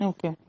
Okay